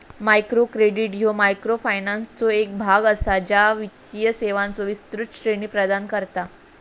micro credit ह्या मायक्रोफायनान्सचो एक भाग असा, ज्या वित्तीय सेवांचो विस्तृत श्रेणी प्रदान करता